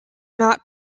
not